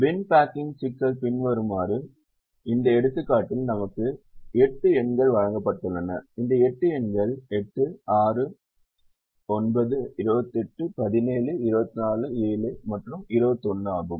பின் packing சிக்கல் பின்வருமாறு இந்த எடுத்துக்காட்டில் நமக்கு 8 எண்கள் வழங்கப்பட்டுள்ளன இந்த 8 எண்கள் எண் 8 6 9 28 17 24 7 மற்றும் 21 ஆகும்